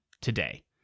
today